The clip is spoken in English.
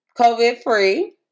COVID-free